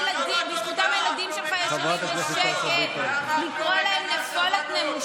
אלה טייסים שלא מוכנים להגן על המדינה,